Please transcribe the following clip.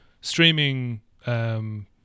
streaming